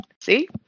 See